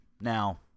Now